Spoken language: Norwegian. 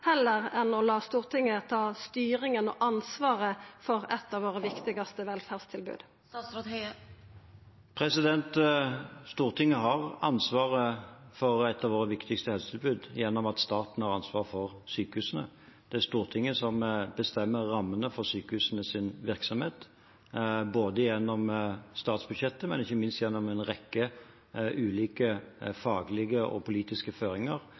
heller enn å la Stortinget ta styringa og ansvaret for eit av våre viktigaste velferdstilbod? Stortinget har ansvaret for et av våre viktigste helsetilbud gjennom at staten har ansvar for sykehusene. Det er Stortinget som bestemmer rammene for sykehusenes virksomhet, både gjennom statsbudsjettet og – ikke minst – gjennom en rekke ulike faglige og politiske føringer.